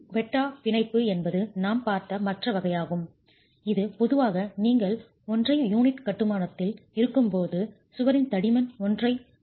குவெட்டா பிணைப்பு என்பது நாம் பார்த்த மற்ற வகையாகும் இது பொதுவாக நீங்கள் ஒன்றரை யூனிட் கட்டுமானத்தில் இருக்கும்போது சுவரின் தடிமன் ஒன்றரை அலகுகளாக இருக்கும்